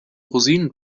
rosinen